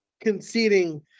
conceding